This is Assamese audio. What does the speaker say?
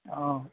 অঁ